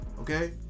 okay